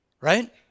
right